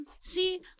See